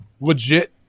Legit